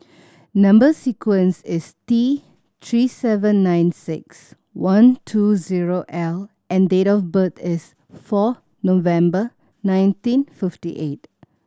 number sequence is T Three seven nine six one two zero L and date of birth is four November nineteen fifty eight